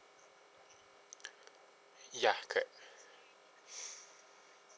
ya correct